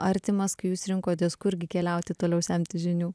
artimas kai jūs rinkotės kurgi keliauti toliau semtis žinių